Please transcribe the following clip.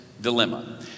dilemma